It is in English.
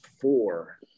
four